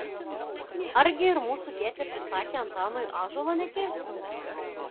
argi ir mūsų tėtė prisakė antanui ąžuolo nekirsti